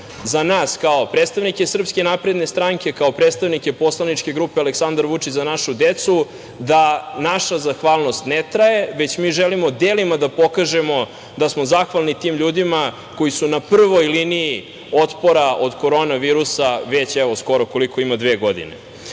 za nas kao predstavnike Srpske napredne stranke, kao predstavnike poslaničke grupe „Aleksandar Vučić – Za našu decu“ da naša zahvalnost ne traje, već mi želimo delima da pokažemo da smo zahvalni tim ljudima koji su na prvoj liniji otpora od korona virusa već, evo, skoro, koliko ima, dve godine. Mi